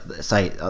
say